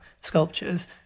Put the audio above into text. sculptures